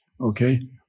okay